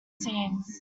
scenes